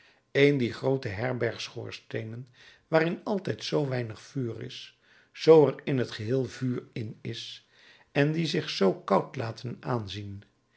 een dier groote herbergsschoorsteenen waarin altijd zoo weinig vuur is zoo er in t geheel vuur in is en die zich zoo koud laten aanzien